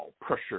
pressure